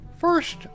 First